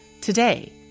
today